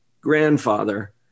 grandfather